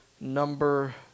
number